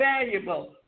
valuable